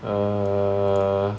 err